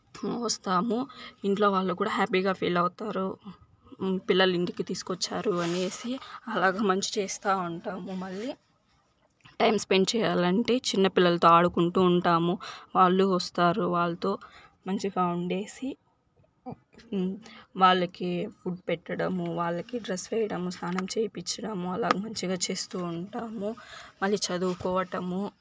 వస్తాము ఇంట్లో వాళ్లు కూడా హ్యాపీగా ఫీల్ అవుతారు పిల్లలు ఇంటికి తీసుకువచ్చారు అనేసి అలాగా మంచి చేస్తా ఉంటాము మళ్లీ టైం స్పెండ్ చేయాలంటే చిన్నపిల్లలతో ఆడుకుంటూ ఉంటాము వాళ్ళు వస్తారు వాళ్ళతో మంచిగా ఉండేసి వాళ్లకి ఫుడ్ పెట్టడం వాళ్లకి డ్రెస్ వేయడం స్నానం చేయిపించడం అలాగా మంచిగా చేస్తూ ఉంటాము మళ్ళీ చదువుకోవటము